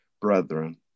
brethren